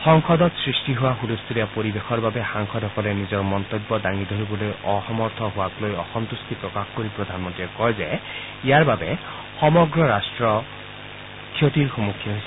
সংসদত সৃষ্টি হোৱা ছলস্থূলীয়া পৰিৱেশৰ বাবে সাংসদসকলে নিজৰ মন্তব্য দাঙি ধৰিবলৈ অসমৰ্থ হোৱাক লৈ অসন্ত্ৰ্টি প্ৰকাশ কৰি প্ৰধানমন্ত্ৰীয়ে কয় যে ইয়াৰ বাবে সমগ্ৰ ৰাট্টৰ ক্ষতি হৈছে